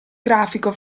grafico